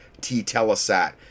T-Telesat